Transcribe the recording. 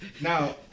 Now